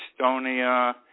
Estonia